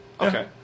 Okay